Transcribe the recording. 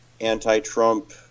anti-Trump